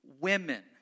women